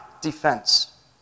defense